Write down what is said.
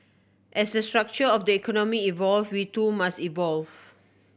as the structure of the economy evolve we too must evolve